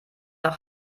nach